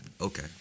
Okay